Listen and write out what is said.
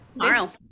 Tomorrow